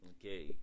Okay